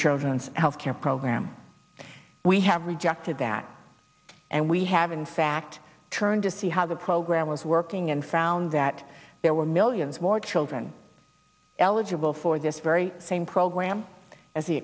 children's health care program we have rejected that and we have in fact turned to see how the program was working and found that there were millions more children eligible for this very same program as the